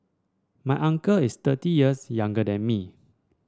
my uncle is thirty years younger than me